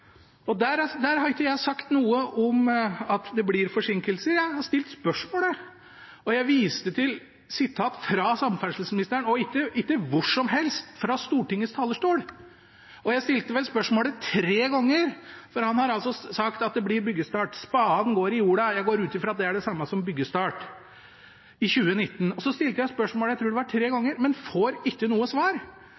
der har ikke jeg sagt noe om at det blir forsinkelser. Jeg har stilt spørsmålet, og jeg viste til et sitat fra samferdselsministeren, ikke hvor som helst, fra Stortingets talerstol. Jeg stilte vel spørsmålet tre ganger, for han har altså sagt at det blir byggestart, at spaden går i jorda – jeg går ut fra at det er det samme som byggestart – i 2019. Jeg stilte spørsmålet, jeg tror det var tre